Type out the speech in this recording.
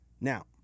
Now